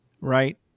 right